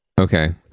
Okay